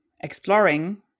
exploring